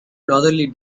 northerly